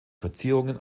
verzierungen